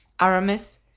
Aramis